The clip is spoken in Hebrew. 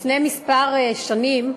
לפני כמה שנים,